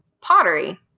pottery